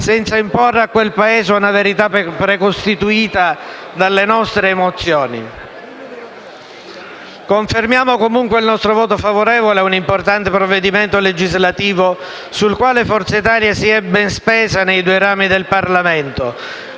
senza imporre a quel Paese una verità precostituita dalle nostre emozioni. Confermiamo comunque il nostro voto favorevole a un importante provvedimento legislativo sul quale Forza Italia si è ben spesa nei due rami del Parlamento,